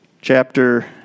chapter